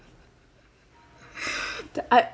the I